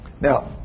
Now